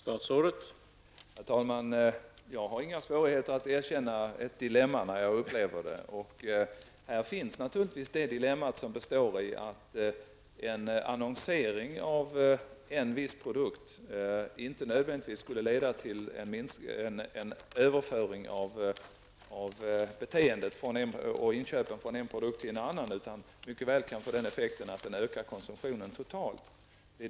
Herr talman! Jag har inga svårigheter att erkänna ett dilemma när jag upplever ett sådant. Här finns naturligtvis ett dilemma som består i att en annonsering av en viss produkt inte nödvändigtvis leder till en överföring av inköpen från en produkt till en annan utan mycket väl kan få effekten att den ökar konsumtionen totalt.